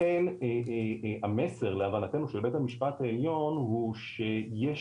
לכן המסר להבנתנו של בית המשפט העליון הוא שיש